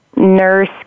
Nurse